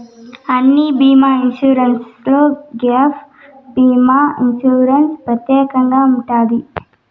అన్ని బీమా ఇన్సూరెన్స్లో గ్యాప్ భీమా ఇన్సూరెన్స్ ప్రత్యేకంగా ఉంటది